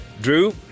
Drew